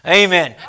amen